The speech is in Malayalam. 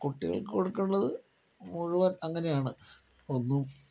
കുട്ടികൾക്ക് കൊടുക്കേണ്ടത് മുഴുവൻ അങ്ങനെയാണ് ഒന്നും